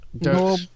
no